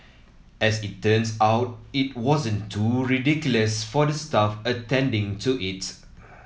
as it turns out it wasn't too ridiculous for the staff attending to it